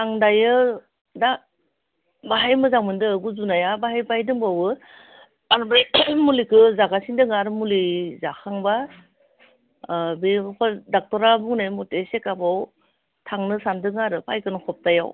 आं दायो दा माहाय मोजां मोन्दो गुजुनाया बाहाय बाहाय दंबावो आरो बै मुलखो जागासिनो दङ आरो मुलि जाखांबा बेफोर डाक्टरा बुंनाय मते सिकापआव थांनो सानदों आरो फाइगोन हप्तायाव